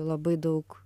labai daug